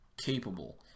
capable